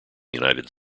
united